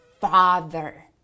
father